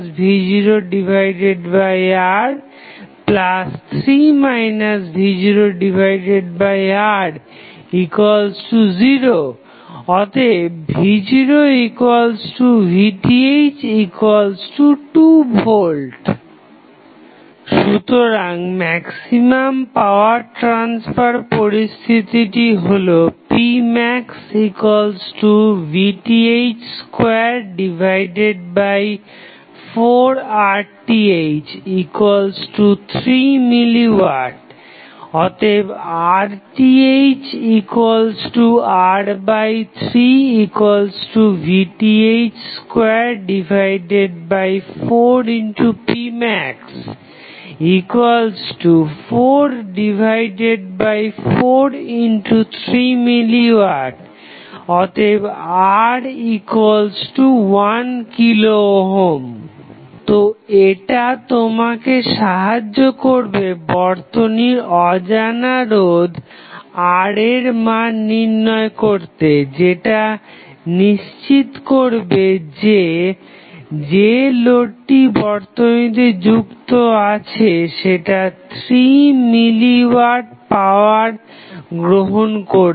1 v0R2 v0R3 v0R0 v0VTh2V সুতরাং maximum power transfer পরিস্থিতিটি হলো PmaxVTh24RTh3mW RThR3VTh24Pmax443mW⇒R1k তো এটা তোমাকে সাহায্য করবে বর্তনীর অজানা রোধ R এর মান নির্ণয় করতে যেটা নিশ্চিত করবে যে যে লোডটি বর্তনীতে যুক্ত আছে সেটা 3 মিলি ওয়াট পাওয়ার গ্রহন করবে